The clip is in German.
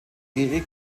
ehe